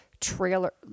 trailer